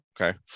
Okay